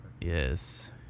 Yes